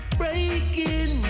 breaking